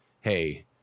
hey